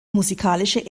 musikalische